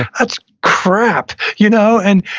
that's crap. you know and,